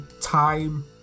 time